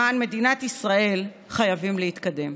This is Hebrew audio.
למען מדינת ישראל, חייבים להתקדם.